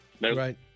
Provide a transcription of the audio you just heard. Right